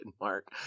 Mark